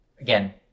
again